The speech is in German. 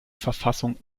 verfassung